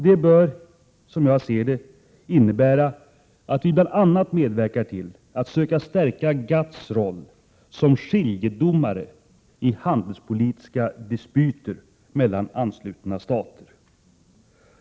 Det bör, som jag ser det, innebära att vi bl.a. medverkar till att söka stärka GATT:s roll som skiljedomare i handelspolitiska dispyter mellan anslutna stater.